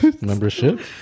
Membership